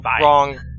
wrong